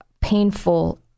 painful